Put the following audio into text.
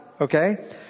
okay